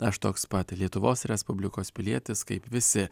aš toks pat lietuvos respublikos pilietis kaip visi